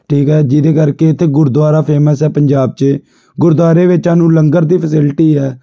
ਠੀਕ ਹੈ ਜਿਹਦੇ ਕਰਕੇ ਇੱਥੇ ਗੁਰਦੁਆਰਾ ਫੇਮਸ ਹੈ ਪੰਜਾਬ 'ਚ ਗੁਰਦੁਆਰੇ ਵਿੱਚ ਸਾਨੂੰ ਲੰਗਰ ਦੀ ਫੈਸਿਲਿਟੀ ਹੈ